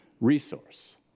Resource